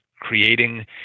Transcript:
creating